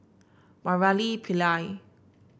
Murali Pillai